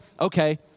okay